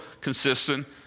consistent